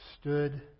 stood